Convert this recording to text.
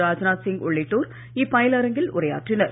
ராஜ்நாத் சிங் உள்ளிட்டோர் இப்பயிலரங்கில் உரையறாற்றினர்